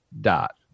Dot